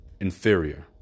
inferior